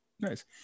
Nice